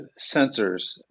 sensors